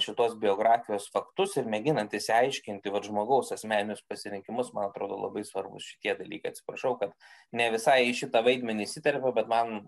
šituos biografijos faktus ir mėginant išsiaiškinti vat žmogaus asmeninius pasirinkimus man atrodo labai svarbūs šitie dalykai atsiprašau kad ne visai į šitą vaidmenį įsiterpiau bet man